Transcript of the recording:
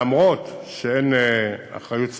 אף שאין אחריות פורמלית,